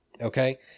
okay